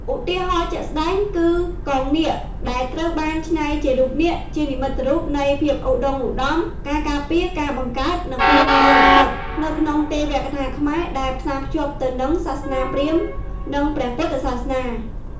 ឧទាហរណ៍ជាក់ស្តែងគឺ កងនាគ ដែលត្រូវបានច្នៃជារូបនាគជានិមិត្តរូបនៃ ភាពឧត្តុង្គឧត្តម ការការពារ ការបង្កើត និងភាពបរិសុទ្ធ នៅក្នុងទេវកថាខ្មែរ ដែលផ្សារភ្ជាប់ទៅនឹងសាសនាព្រាហ្មណ៍ និងព្រះពុទ្ធសាសនា។